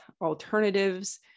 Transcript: alternatives